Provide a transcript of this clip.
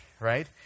right